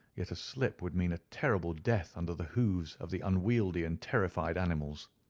yet a slip would mean a terrible death under the hoofs of the unwieldy and terrified animals.